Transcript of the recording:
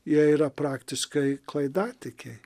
jie yra praktiškai klaidatikiai